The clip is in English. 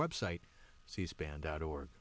website c span dot org